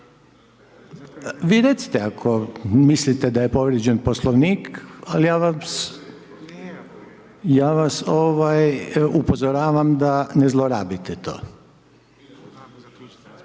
Vi recite ako mislite da je povrijeđen Poslovnik ali ja vas upozoravam da ne zlorabite to.